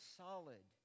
solid